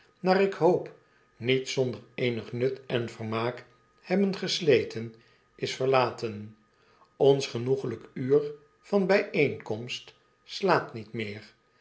naar ik hoop niet zonder eenig nut en vermaak hebben gesleten is verlaten ons genoeglyk uur van byeenkomst slaat niet meer